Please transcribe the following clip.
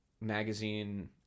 magazine